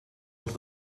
als